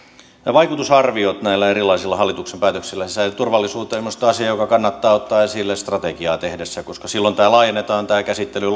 vaikutusarviot näistä erilaisista hallituksen päätöksistä sisäiseen turvallisuuteen on mielestäni asia joka kannattaa ottaa esille strategiaa tehtäessä koska silloin tämä käsittely